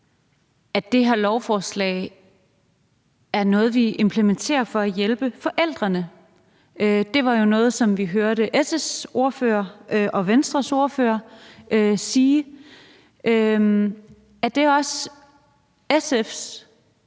at det her lovforslag er noget, vi implementerer for at hjælpe forældrene. Det var jo noget, som vi hørte Socialdemokratiets og Venstres ordførere sige. Er det også SF's